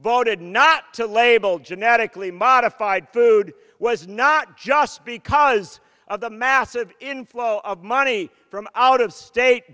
voted not to label genetically modified food was not just because of the massive inflow of money from out of state